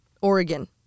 Oregon